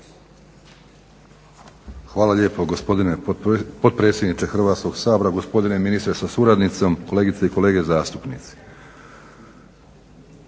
Hvala lijepo gospodine potpredsjedniče Hrvatskoga sabora, gospodine ministre sa suradnicom, kolegice i kolege zastupnici.